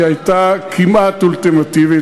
שהייתה כמעט אולטימטיבית,